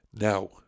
Now